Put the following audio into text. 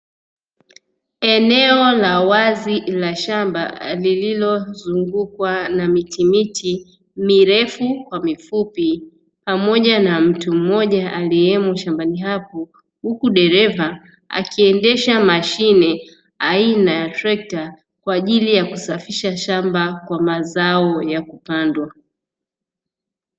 Eneo la wazi la shamba lililozungukwa na miti miti, mirefu kwa mifupi, pamoja na mtu mmoja aliemo shambani hapo, huku dereva akiendesha mashine aina ya trekta kwaajili ya kusafisha shamba kwa mazao ya kupandwa.